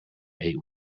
eight